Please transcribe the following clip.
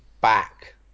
back